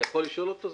אני יכול לשאול אותו?